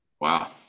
Wow